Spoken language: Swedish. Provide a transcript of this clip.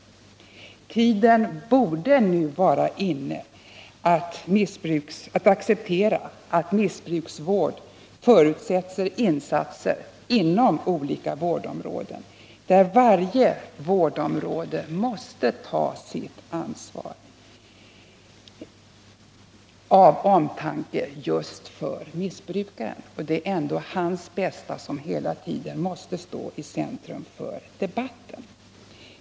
Tiden borde nu vara inne att acceptera att missbruksvård förutsätter insatser inom olika vårdområden, där varje vårdområde måste ta sitt ansvar av omtanke om just missbrukaren. Det är ändå hans bästa som hela tiden måste stå i centrum för debatten.